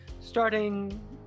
starting